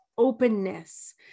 Openness